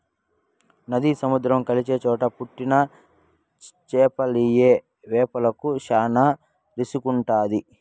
నది, సముద్రం కలిసే చోట పుట్టిన చేపలియ్యి వేపుకు శానా రుసిగుంటాది